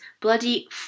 bloody